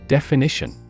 Definition